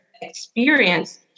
experience